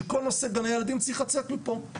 שכל נושא גני הילדים צריך לצאת מפה.